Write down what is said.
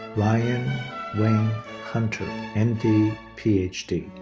ryan wayne hunter, m d, ph d.